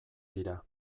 dira